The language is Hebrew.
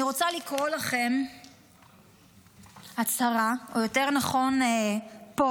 אני רוצה לקרוא לכם הצהרה, או יותר נכון פוסט,